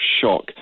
shock